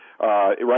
Right